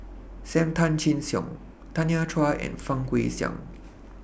SAM Tan Chin Siong Tanya Chua and Fang Guixiang